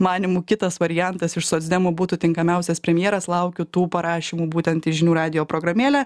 manymu kitas variantas iš socdemų būtų tinkamiausias premjeras laukiu tų parašymų būtent į žinių radijo programėlę